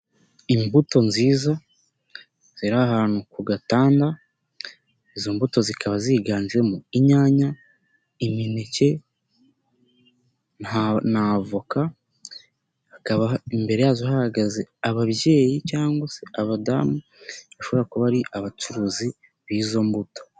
Imbuto nziza ziri ahantu ku gatanda, izo mbuto zikaba ziganjemo inyanya, imineke n'avoka, hakaba imbere yazo hahagaze ababyeyi cyangwa se abadamu bashobora kuba ari abacuruzi b'izo mbuto.